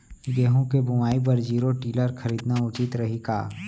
गेहूँ के बुवाई बर जीरो टिलर खरीदना उचित रही का?